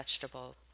vegetable